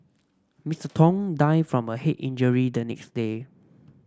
Mister Tong died from a head injury the next day